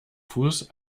fuß